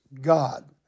God